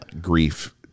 grief